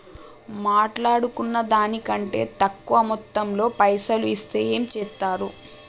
మాట్లాడుకున్న దాని కంటే తక్కువ మొత్తంలో పైసలు ఇస్తే ఏం చేత్తరు?